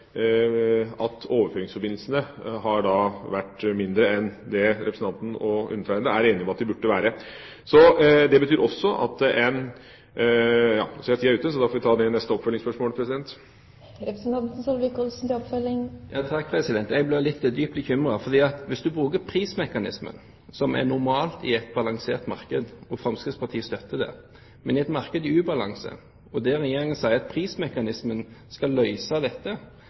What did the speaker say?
at overføringsforbindelsene har vært mindre enn det representanten og undertegnede er enige om at de burde være. Jeg blir dypt bekymret. Hvis du bruker prismekanismen – som er normalt i et balansert marked, og Fremskrittspartiet støtter det – i et marked i ubalanse, og Regjeringen sier at prismekanismen skal løse dette, uten et tak på hvor høyt du lar strømprisen gå, vil prisen alltid få et marked til å være i balanse. Setter du strømprisen til noe ekstremt – f.eks. 100 kr. pr. kWh – skal